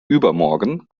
übermorgen